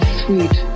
sweet